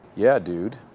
yeah, dude.